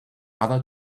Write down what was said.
other